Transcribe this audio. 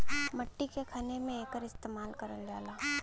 मट्टी के खने में एकर इस्तेमाल करल जाला